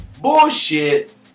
Bullshit